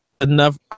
enough